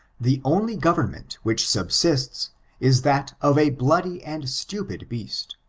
the only government which snbsistik is that of a bloody and stupid beast,